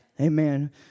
Amen